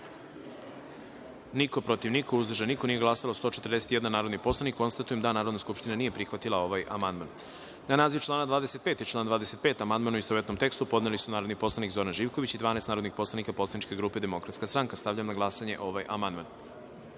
protiv – niko, uzdržanih – nema, nije glasalo 140 narodnih poslanika. Konstatujem da Narodna skupština nije prihvatila ovaj amandman. Na naziv člana 18. i član 18. amandman, u istovetnom tekstu, podneli su narodni poslanik Zoran Živković i 12 narodnih poslanika poslaničke grupe DS.Stavljam na glasanje ovaj